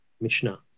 Mishnah